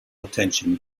attention